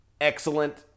excellent